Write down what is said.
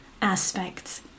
aspects